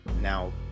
Now